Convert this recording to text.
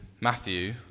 Matthew